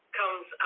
comes